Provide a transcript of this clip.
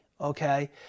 okay